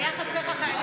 היו חסרים לך חיילים?